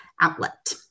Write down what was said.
outlet